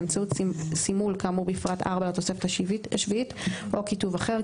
באמצעות סימול כאמור בפרט 4 לתוספת השביעית או כיתוב אחר,